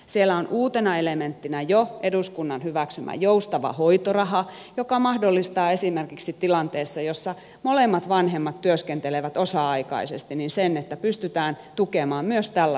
siellä on uutena elementtinä jo eduskunnan hyväksymä joustava hoitoraha joka mahdollistaa esimerkiksi tilanteessa jossa molemmat vanhemmat työskentelevät osa aikaisesti sen että pystytään tukemaan myös tällaista tilannetta